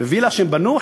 בווילה שהם בנו.